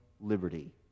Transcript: liberty